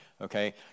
okay